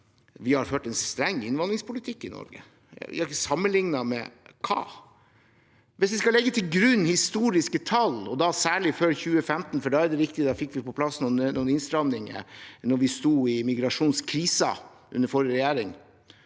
vi har ført en streng innvandringspolitikk i Norge. Sammenlignet med hva? Hvis vi skal legge til grunn historiske tall – da særlig før 2015, for det er riktig at vi fikk på plass noen innstramninger da vi sto i migrasjonskrisen under forrige regjering,